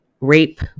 rape